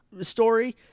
story